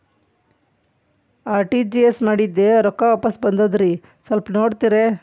RTGS ಮಾಡಿದ್ದೆ ರೊಕ್ಕ ವಾಪಸ್ ಬಂದದ್ರಿ ಸ್ವಲ್ಪ ನೋಡ್ತೇರ?